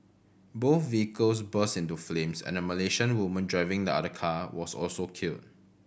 both vehicles burst into flames and a Malaysian woman driving the other car was also killed